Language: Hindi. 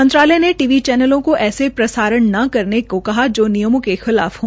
मंत्रालय ने टी र्चैनलों को ऐसे प्रसारण न करने को कहा जो नियमों के खिलाफ हो